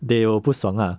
they will 不爽 ah